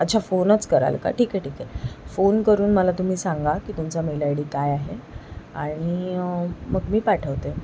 अच्छा फोनच कराल का ठीक आहे ठीक आहे फोन करून मला तुम्ही सांगा की तुमचा मेल आय डी काय आहे आणि मग मी पाठवते